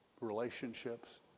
relationships